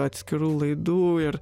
atskirų laidų ir